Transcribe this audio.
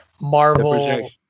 Marvel